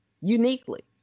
uniquely